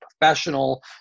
professional